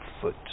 foot